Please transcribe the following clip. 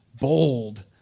Bold